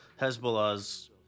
Hezbollah's